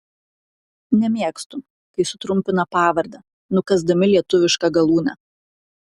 nemėgstu kai sutrumpina pavardę nukąsdami lietuvišką galūnę